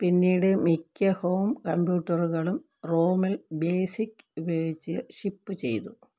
പിന്നീട് മിക്ക ഹോം കമ്പ്യൂട്ടറുകളും റോമിൽ ബേസിക് ഉപയോഗിച്ച് ഷിപ്പ് ചെയ്തു